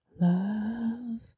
love